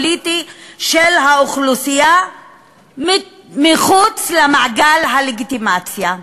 האוכלוסייה אל מחוץ למעגל הלגיטימציה.